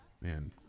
man